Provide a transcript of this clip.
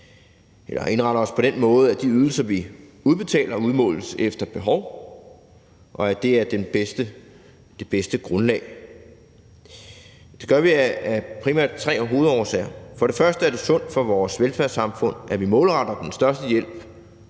vi indretter os på den måde, at de ydelser, vi udbetaler, udmåles efter behov, og at det er det bedste grundlag. Det gør vi af primært tre hovedårsager. For det første er det sundt for vores velfærdssamfund, at vi målretter den største hjælp